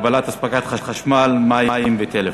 סייגים להגבלת הספקת חשמל, מים וטלפון),